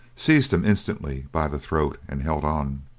seized him instantly by the throat and held on.